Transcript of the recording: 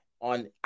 on